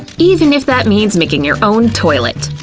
even if that means making your own toilet.